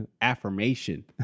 affirmation